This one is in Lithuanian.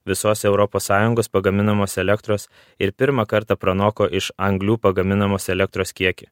visos europos sąjungos pagaminamos elektros ir pirmą kartą pranoko iš anglių pagaminamos elektros kiekį